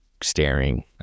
staring